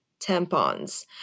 tampons